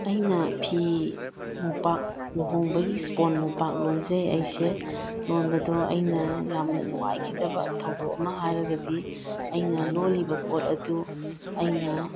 ꯑꯩꯅ ꯐꯤ ꯃꯣꯝꯄꯥꯛ ꯂꯨꯍꯣꯡꯕꯒꯤ ꯏꯁꯄꯣꯟ ꯃꯣꯝꯄꯥꯛ ꯂꯣꯟꯖꯩ ꯑꯩꯁꯦ ꯂꯣꯟꯕꯗꯣ ꯑꯩꯅ ꯌꯥꯝꯅ ꯅꯨꯡꯉꯥꯏꯈꯤꯗꯕ ꯊꯧꯗꯣꯛ ꯑꯃ ꯍꯥꯏꯔꯒꯗꯤ ꯑꯩꯅ ꯂꯣꯜꯂꯤꯕ ꯄꯣꯠ ꯑꯗꯨ ꯑꯩꯅ